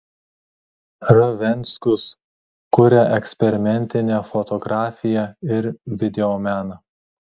r venckus kuria eksperimentinę fotografiją ir videomeną